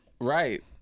Right